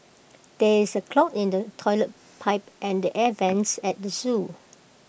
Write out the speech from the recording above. there is A clog in the Toilet Pipe and the air Vents at the Zoo